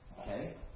Okay